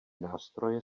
nástroje